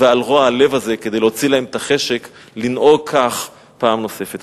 ועל רוע הלב הזה כדי להוציא מהם את החשק לנהוג כך פעם נוספת.